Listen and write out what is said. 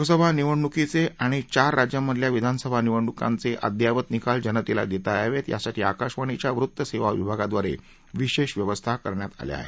लोकसभा निवडणुकीचे आणि चार राज्यांमधल्या विधानसभा निवडणुकांचे अद्ययावत निकाल जनतेला देता यावेत यासाठी आकशवाणीच्या वृत्तसेवा विभागाद्वारे विशेष व्यवस्था करण्यात आल्या आहेत